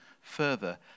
further